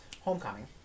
Homecoming